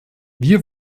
wir